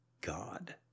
God